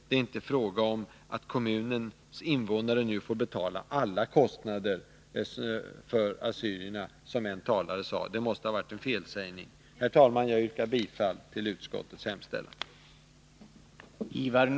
Det är inte heller fråga om att kommunens invånare nu får betala alla kostnader för assyrierna, som en talare sade — det måste ha varit en felsägning. Herr talman! Jag yrkar bifall till utskottets hemställan.